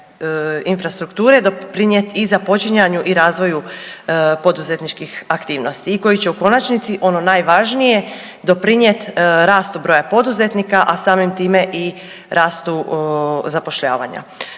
infrastrukture doprinijeti i započinjanju i razvoju poduzetničkih aktivnosti i koji će u konačnici ono najvažnije doprinijet rastu broja poduzetnika, a samim time i rastu zapošljavanja.